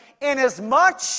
Inasmuch